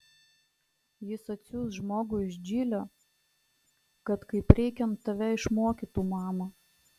jis atsiųs žmogų iš džilio kad kaip reikiant tave išmokytų mama